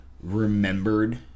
remembered